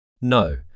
No